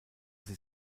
sie